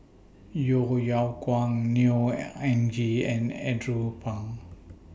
Yeo Yeow Kwang Neo Anngee and Andrew Phang